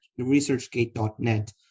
researchgate.net